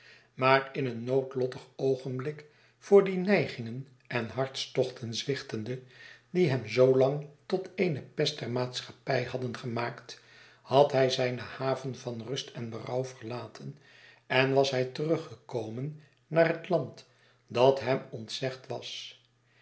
maar in een noodlottig oogenblik voor die neigingen en hartstochten zwichtende die hem zoo lang tot eene pest der maatschappij hadden gemaakt had hij zijne haven van rust en berouw verlaten en was hij teruggekomen naar het land dat hem ontzegd was